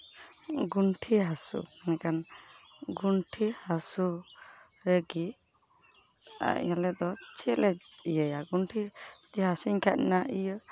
ᱜᱩᱱᱴᱷᱤ ᱦᱟᱹᱥᱩ ᱢᱮᱱᱠᱷᱟᱱ ᱜᱩᱱᱴᱷᱤ ᱦᱟᱹᱥᱩ ᱨᱮᱜᱮ ᱟᱞᱮ ᱫᱚ ᱪᱮᱫ ᱞᱮ ᱤᱭᱟᱹᱭᱟ ᱜᱚᱱᱴᱷᱮ ᱜᱮ ᱦᱟᱹᱥᱩᱧ ᱠᱷᱟᱡ ᱚᱱᱟ ᱤᱭᱟᱹ